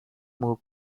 moore